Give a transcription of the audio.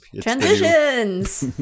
Transitions